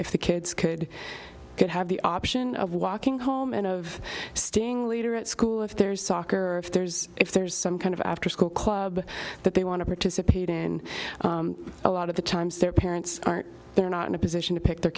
if the kids could could have the option of walking home and of staying leader at school if there's soccer or if there's if there's some kind of after school club that they want to participate in a lot of the times their parents aren't they're not in a position to pick their